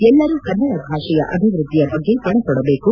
ಎಲ್ಲರೂ ಕನ್ನಡ ಭಾಷೆಯ ಅಭಿವೃದ್ಧಿಯ ಬಗ್ಗೆ ಪಣತೊಡಬೇಕು